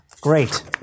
great